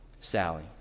Sally